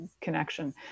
connection